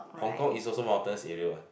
Hong-Kong is also mountainous area what